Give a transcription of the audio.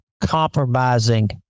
compromising